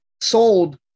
sold